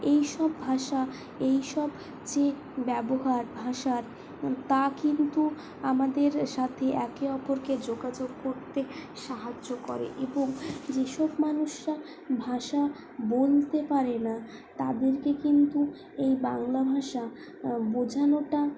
এইসব ভাষা এইসব যে ব্যবহার ভাষার তা কিন্তু আমাদের সাথে একে অপরকে যোগাযোগ করতে সাহায্য করে এবং যেসব মানুষরা ভাষা বলতে পারে না তাদেরকে কিন্তু এই বাংলা ভাষা বোঝানোটা